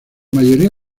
mayoría